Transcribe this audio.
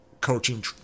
coaching